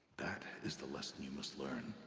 that is the lesson you must learn.